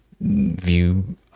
view